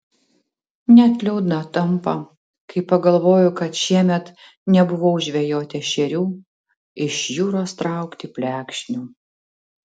net liūdna tampa kai pagalvoju kad šiemet nebuvau žvejoti ešerių iš jūros traukti plekšnių